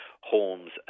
homes